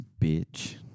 bitch